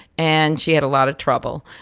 and she had a lot of trouble.